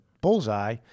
bullseye